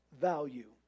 value